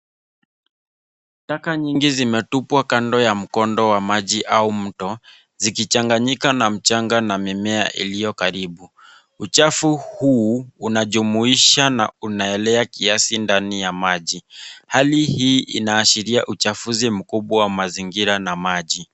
Taka nyingi zimetupwa kando ya mkondo wa maji au mto, zikichanganyika na mchanga na mimea iliyo karibu. Uchafu huu, unajumuisha na unaelea kiasi ndani ya maji. Hali hii inaashiria uchafuzi mkubwa wa mazingira na maji.